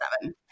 seven